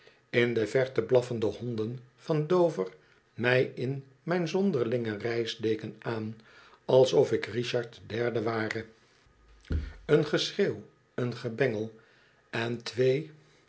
in de verte blaffen de honden van dover mij in mijn zonderlinge reisdeken aan alsof ik richard de derde ware een geschreeuw eengebengel entweeroode oogen